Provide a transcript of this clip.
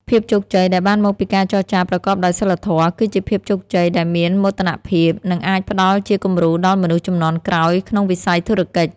ភាពជោគជ័យដែលបានមកពីការចរចាប្រកបដោយសីលធម៌ គឺជាភាពជោគជ័យដែលមានមោទនភាព និងអាចផ្ដល់ជាគំរូដល់មនុស្សជំនាន់ក្រោយក្នុងវិស័យធុរកិច្ច។